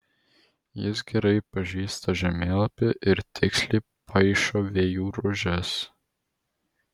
jis gerai pažįsta žemėlapį ir tiksliai paišo vėjų rožes